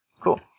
Cool